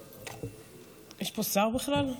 יש פה שר בכלל?